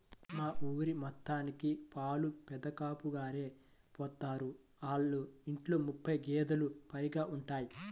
మా ఊరి మొత్తానికి పాలు పెదకాపుగారే పోత్తారు, ఆళ్ళ ఇంట్లో యాబై గేదేలు పైగా ఉంటయ్